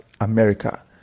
America